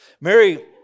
Mary